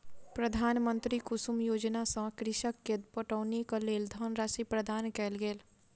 प्रधानमंत्री कुसुम योजना सॅ कृषक के पटौनीक लेल धनराशि प्रदान कयल गेल